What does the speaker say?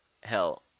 Hell